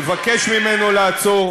לבקש ממנו לעצור,